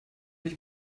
dich